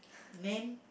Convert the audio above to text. name